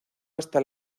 hasta